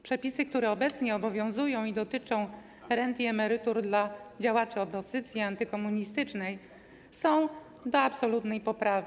Przepisy, które obecnie obowiązują i dotyczą rent i emerytur dla działaczy opozycji antykomunistycznej, są do absolutnej poprawy.